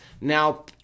now –